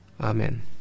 Amen